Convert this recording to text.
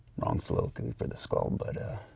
wrong slogan for the skull, but